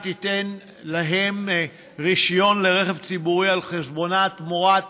שתיתן להם רישיון לרכב ציבורי על חשבונה תמורת